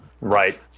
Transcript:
Right